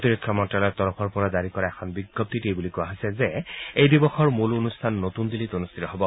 প্ৰতিৰক্ষা মন্ত্ৰ্যালয়ৰ তৰফৰ জাৰি কৰা এখন বিজ্ঞপ্তিত এই বুলি কোৱা হৈছে যে এই দিৱসৰ মূল অনুষ্ঠান নতুন দিল্লীত অনুষ্ঠিত হ'ব